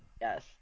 Yes